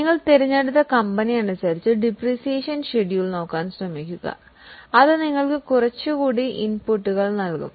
നിങ്ങളുടെ സ്വന്തം കമ്പനി അനുസരിച്ച് ഡിപ്രീസിയേഷൻ ഷെഡ്യൂൾ നോക്കാൻ ഞാൻ നിങ്ങളെ വീണ്ടും ഓർമിപ്പിക്കുന്നു അത് നിങ്ങൾക്ക് കുറച്ച് ഇൻപുട്ടുകൾ നൽകും